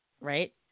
Right